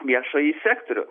viešąjį sektorių